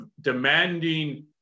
demanding